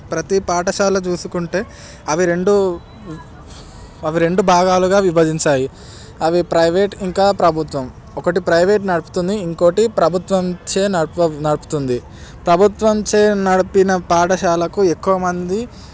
ప్రతి పాఠశాల చూసుకుంటే అవి రెండు అవి రెండు భాగాలుగా విభజించాయి అవి ప్రైవేట్ ఇంకా ప్రభుత్వం ఒకటి ప్రైవేట్ నడుపుతుంది ఇంకోటి ప్రభుత్వంచే నడుప నడుపుతుంది ప్రభుత్వంచే నడిపిన పాఠశాలకు ఎక్కువమంది